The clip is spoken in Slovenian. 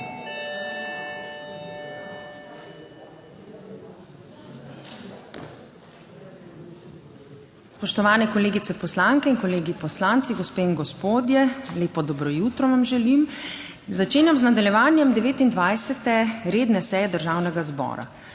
Spoštovane kolegice poslanke in kolegi poslanci, gospe in gospodje, lepo dobro jutro vam želim! Začenjam z nadaljevanjem 29. redne seje Državnega zbora.